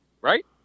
right